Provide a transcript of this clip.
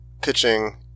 pitching